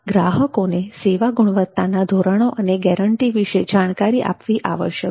ગ્રાહકોને સેવા ગુણવત્તાના ધોરણો અને ગેરંટી વિશે જાણકારી આપવી આવશ્યક છે